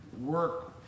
work